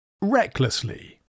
Recklessly